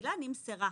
המילה "נמסרה"